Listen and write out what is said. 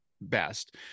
best